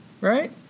right